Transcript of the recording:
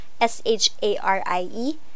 S-H-A-R-I-E